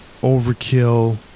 Overkill